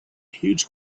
huge